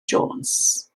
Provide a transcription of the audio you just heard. jones